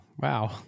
wow